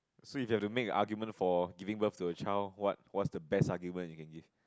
so you got to make a argument for giving birth to a child what what's the best argument you can give